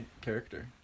character